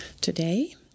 today